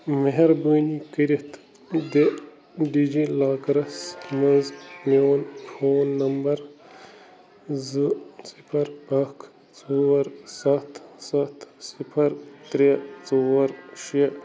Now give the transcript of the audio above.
مہربٲنی کٔرِتھ دِ ڈی جی لاکرس منٛز میٛون فون نمبر زٕ صِفر اکھ ژور سَتھ سَتھ صِفر ترٛےٚ ژور شےٚ